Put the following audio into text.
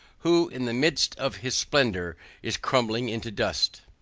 who in the midst of his splendor is crumbling into dust!